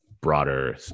broader